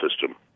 system